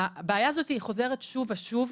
הבעיה הזאתי היא חוזרת שוב ושוב,